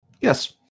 Yes